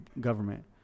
government